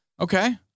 Okay